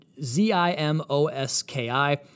Z-I-M-O-S-K-I